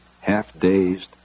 half-dazed